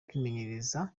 kwimenyereza